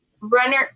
runner